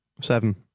seven